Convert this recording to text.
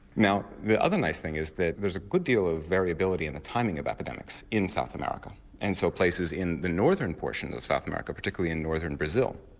now the other nice thing is that there's a good deal of variability in the timing of epidemics in south america and so places in the northern portion of south america, particularly in northern brazil,